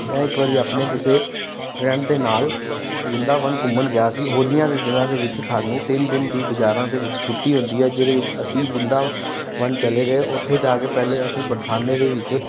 ਮੈਂ ਇੱਕ ਵਾਰੀ ਆਪਣੇ ਕਿਸੇ ਫਰੈਂਡ ਦੇ ਨਾਲ ਵ੍ਰਿੰਦਾਵਨ ਘੁੰਮਣ ਗਿਆ ਸੀ ਹੋਲੀਆਂ ਦੇ ਦਿਨਾਂ ਦੇ ਵਿੱਚ ਸਾਨੂੰ ਤਿੰਨ ਦਿਨ ਦੀ ਬਾਜ਼ਾਰਾਂ ਦੇ ਵਿੱਚ ਛੁੱਟੀ ਹੁੰਦੀ ਹੈ ਜਿਹਦੇ ਵਿੱਚ ਅਸੀਂ ਵ੍ਰਿੰਦਾ ਵਨ ਚਲੇ ਗਏ ਉੱਥੇ ਜਾ ਕੇ ਪਹਿਲੇ ਅਸੀਂ ਬਰਸਾਨੇ ਦੇ ਵਿੱਚ